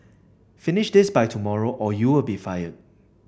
finish this by tomorrow or you'll be fired